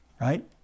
Right